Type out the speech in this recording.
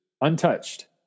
untouched